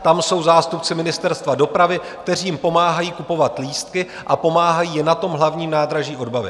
Tam jsou zástupci Ministerstva dopravy, kteří jim pomáhají kupovat lístky a pomáhají je na Hlavním nádraží odbavit.